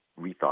rethought